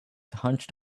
hunched